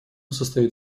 состоит